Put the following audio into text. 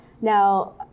Now